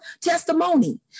testimony